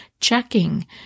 checking